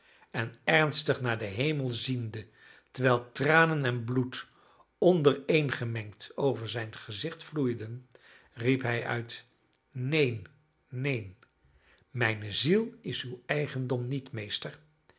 en ernstig naar den hemel ziende terwijl tranen en bloed ondereengemengd over zijn gezicht vloeiden riep hij uit neen neen mijne ziel is uw eigendom niet meester